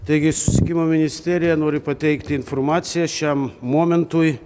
taigi susisiekimo ministerija nori pateikti informaciją šiam momentui